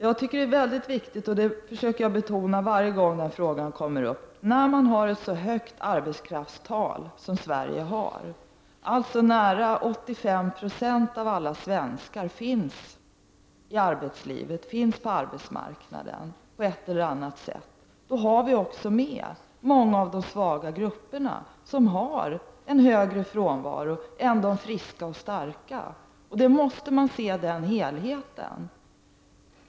När man har ett så högt arbetskraftstal som det vi har i Sverige, närmare 85 90 av alla svenskar är ute i arbetslivet på ett eller annat sätt, har vi också med många av de svaga grupperna. De har en högre frånvaro än de friska och starka. Jag anser att det är mycket viktigt att känna till detta, vilket jag försöker betona varje gång den här frågan kommer upp till debatt. Då måste man se till denna helhet.